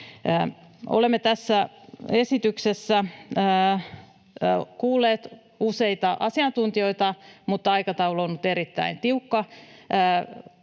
Olemme tässä esityksessä kuulleet useita asiantuntijoita, mutta aikataulu on ollut erittäin tiukka,